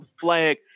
flag